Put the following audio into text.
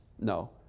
No